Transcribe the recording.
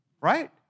right